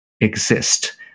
exist